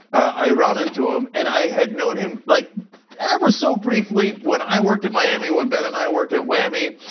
i run into them, and i had known him like ever so briefly when i worked in miami, when ben and i worked at wami.